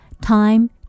Time